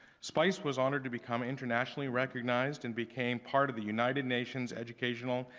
spice was honored to become internationally-recognized and became part of the united nations educational,